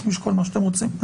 אתם יכולים לשקול מה שאתם רוצים.